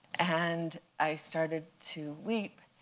and i started to weep.